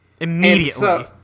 Immediately